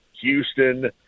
Houston